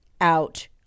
out